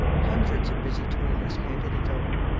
hundreds of busy toilers handed it over,